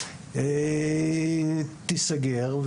תיסגר,